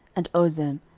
and ozem,